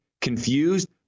confused